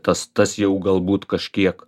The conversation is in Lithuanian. tas tas jau galbūt kažkiek